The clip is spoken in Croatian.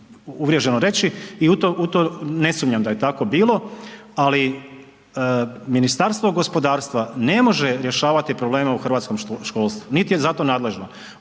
uvriježeno reći, i to ne sumnjam da je tako bilo, ali Ministarstvo gospodarstva ne može rješavati probleme u hrvatskom školstvu niti je za to nadležno.